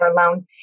alone